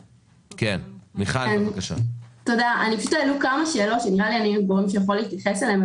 עלו כמה שאלות שנראה לי שאני הגורם שיכול להתייחס אליהן.